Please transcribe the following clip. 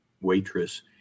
waitress